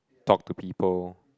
talk to people